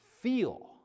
feel